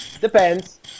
depends